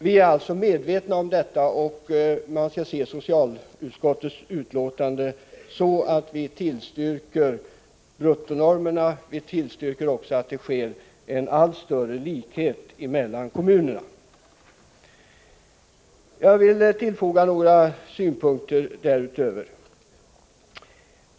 Vi är alltså medvetna om detta, och man skall se socialutskottets utlåtande så att vi tillstyrker bruttonormerna, och vi tillstyrker också en allt större likhet mellan kommunerna. Jag vill tillfoga några synpunkter därutöver.